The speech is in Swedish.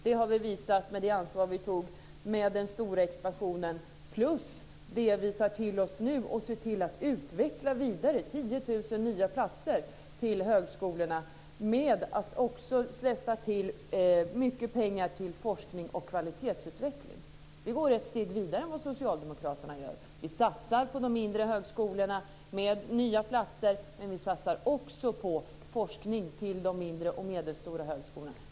Det har vi visat med det ansvar vi tog för den stora expansionen tillsammans med det vi tar till oss nu och ser till att utveckla vidare, 10 000 nya platser till högskolorna. Vi sätter också av mycket pengar till forskning och kvalitetsutveckling. Vi går ett steg längre än socialdemokraterna gör. Vi satsar på de mindre högskolorna med nya platser, men vi satsar också på forskning till de mindre och medelstora högskolorna.